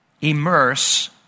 immerse